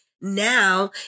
Now